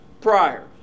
prior